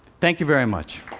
thank you very much.